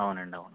అవునండి అవును